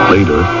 Later